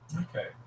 Okay